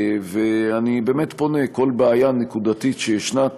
ואני באמת פונה: כל בעיה נקודתית שישנה,